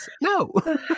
no